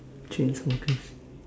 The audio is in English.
chainsmokers